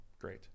great